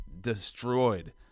destroyed